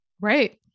Right